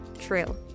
true